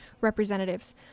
representatives